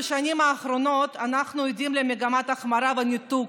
בשנים האחרונות אנחנו עדים למגמת החמרה וניתוק,